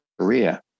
Korea